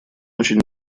очень